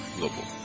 Global